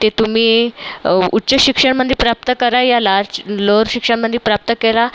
ते तुम्ही उच्च शिक्षणामध्ये प्राप्त करायलाच लोअर शिक्षणमंदी प्राप्त करा